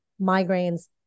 migraines